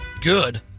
good